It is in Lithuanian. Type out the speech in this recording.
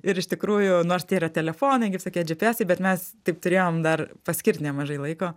ir iš tikrųjų nors tai yra telefonai kaip sakei džepiesai bet mes taip turėjom dar paskirt nemažai laiko